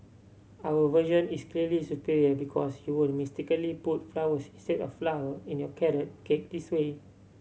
our version is clearly superior because you won't mistakenly put flowers instead of flour in your carrot cake this way